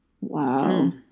Wow